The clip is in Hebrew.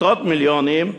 עשרות מיליונים,